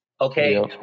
Okay